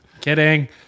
Kidding